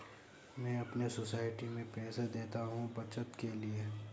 मैं अपने सोसाइटी में पैसे देता हूं बचत के लिए